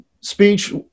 speech